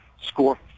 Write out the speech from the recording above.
score